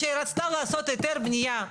כשהיא רצתה לעשות היתר בנייה,